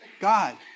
God